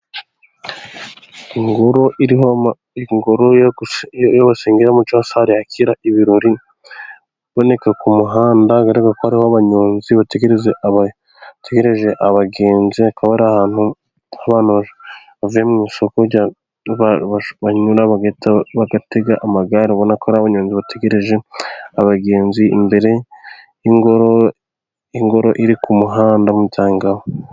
Ingoro cyangwa se sare yakira ibirori iboneka ku muhanda ugaragara ko ariho abanyonzi bategerereza, bategereje abagenzi. Akaba ari ahantu abavuye mu isoko bategera amagare babona ko nabo abanyonzi bategereje abagenzi imbere y'ingoro iri ku muhanda bacaho.